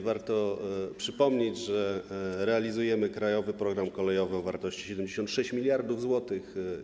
Warto przypomnieć, że realizujemy ˝Krajowy program kolejowy˝ o wartości 76 mld zł.